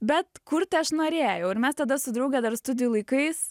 bet kurti aš norėjau ir mes tada su drauge dar studijų laikais